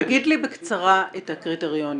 תגיד לי בקצרה את הקריטריונים.